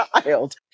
child